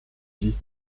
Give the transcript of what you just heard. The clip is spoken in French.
dit